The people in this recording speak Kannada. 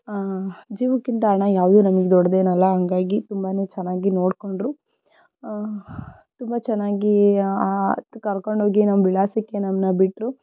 ಜೀವಕ್ಕಿಂತ ಹಣ ಯಾವುದೂ ನಮಗೆ ದೊಡ್ಡದೇನಲ್ಲ ಹಾಗಾಗಿ ತುಂಬಾನೆ ಚೆನ್ನಾಗಿ ನೋಡಿಕೊಂಡರು ತುಂಬ ಚೆನ್ನಾಗಿ ಕರ್ಕೊಂಡೋಗಿ ನಮ್ಮ ವಿಳಾಸಕ್ಕೆ ನಮ್ಮನ್ನ ಬಿಟ್ಟರು